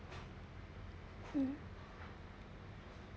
hmm